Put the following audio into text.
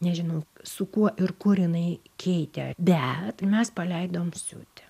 nežinau su kuo ir kur jinai keitė bet mes paleidom siūt